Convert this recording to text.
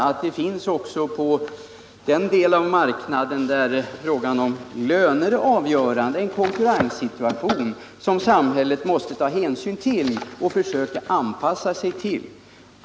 a. finns det ju på den del av marknaden där lönefrågan är avgörande en konkurrenssituation som samhället måste ta hänsyn till och försöka anpassa sig till.